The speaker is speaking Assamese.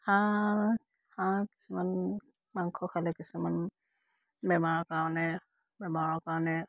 হাঁহ হাঁহৰ কিছুমান মাংস খালে কিছুমান বেমাৰৰ কাৰণে বেমাৰৰ কাৰণে